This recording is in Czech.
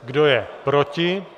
Kdo je proti?